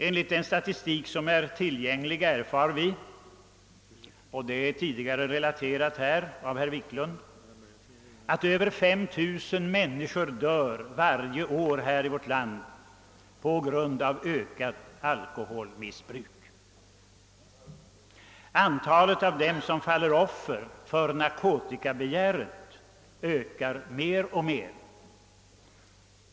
Enligt den statistik som är tillgänglig erfar vi — tidigare är detta relaterat av herr Wiklund i Stockholm — att över 5 000 människor varje år dör i vårt land på grund av ökat alkoholmissbruk. Antalet av dem som faller offer för narkotika ökar mer och mer.